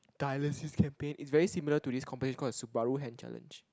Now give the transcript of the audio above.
dialysis campaign is very similar to this competition called Subaru hand challenge